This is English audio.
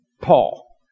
Paul